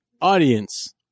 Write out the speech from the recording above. audience